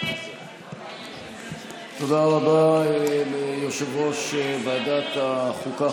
תודה רבה ליושב-ראש ועדת החוקה,